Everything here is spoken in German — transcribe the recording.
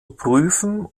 prüfen